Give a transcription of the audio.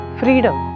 freedom